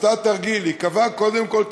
עשתה תרגיל: היא קבעה קודם כול את